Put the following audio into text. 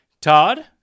Todd